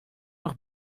noch